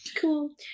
Cool